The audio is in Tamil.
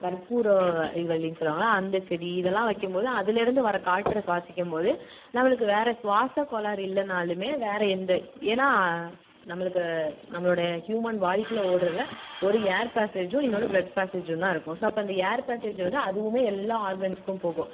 கற்பூர இது வள்ளின்னு சொல்வாங்கள்ல அந்த செடி இதெல்லாம் வைக்கும் போது அதுலேருந்து வர காற்றை சுவாசிக்கும் போது நம்மளுக்கு வேறு சுவாசக் கோளாறு இல்லைன்னாலுமே வேறு எந்த ஏன்னா நம்மளுக்கு நம்மளுடைய ஹியூமன் வாய்க்குள்ளே ஓடுறதுல ஒரு ஏர் பேஸேஜும் இன்னொன்று ப்ளட் பேஸேஜுந்தான் இருக்கும் ஸோ அப்போ அந்த ஏர் பேஸேஜு வந்து அதுவுமே எல்லா ஆர்கன்ஸுக்கும் போகும்